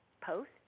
post